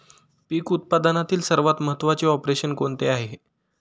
पीक उत्पादनातील सर्वात महत्त्वाचे ऑपरेशन कोणते आहे?